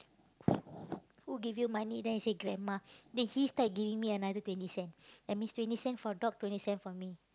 who give you money then I say grandma then he start giving me another twenty that means twenty cent for dog twenty cent for me